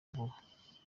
vuba